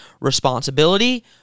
responsibility